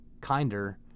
kinder